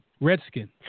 Redskin